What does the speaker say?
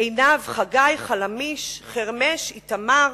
עינב, חגי, חלמיש, חרמש, איתמר,